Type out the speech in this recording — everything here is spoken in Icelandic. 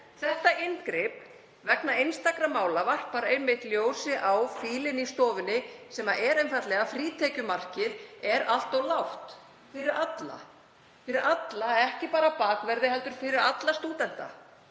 þetta inngrip vegna einstakra mála varpar einmitt ljósi á fílinn í stofunni sem er einfaldlega að frítekjumarkið er allt of lágt fyrir alla, ekki bara bakverði heldur fyrir alla stúdenta.